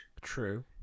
true